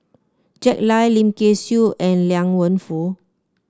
Jack Lai Lim Kay Siu and Liang Wenfu